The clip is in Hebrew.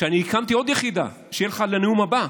אני הקמתי עוד יחידה, שיהיה לך לנאום הבא,